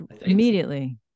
immediately